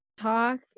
talk